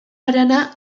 harana